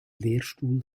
lehrstuhl